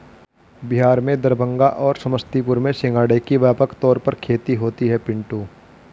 बिहार में दरभंगा और समस्तीपुर में सिंघाड़े की व्यापक तौर पर खेती होती है पिंटू